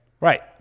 Right